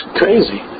crazy